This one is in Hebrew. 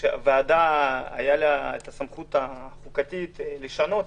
כשלוועדה הייתה סמכות חוקתית לשנות,